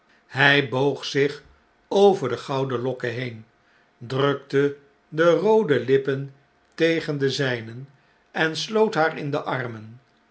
hy boog zich over de gouden lokken heen drukte de roode lippen tegen de zpen en sloot haar in de armen